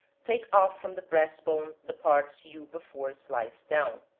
take off from the breast bone the parts you before sliced down.